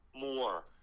more